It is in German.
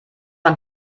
man